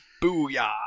Booyah